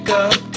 up